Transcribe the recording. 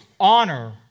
Honor